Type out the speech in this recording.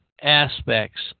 Aspects